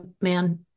man